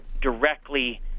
directly